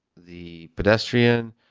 the pedestrian,